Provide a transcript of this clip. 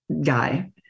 guy